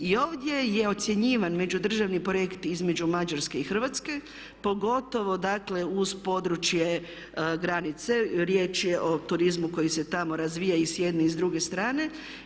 I ovdje je ocjenjivan međudržavni projekt između Mađarske i Hrvatske, pogotovo dakle uz područje granice, riječ je o turizmu koji se tamo razvija i s jedne i s druge strane.